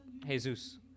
jesus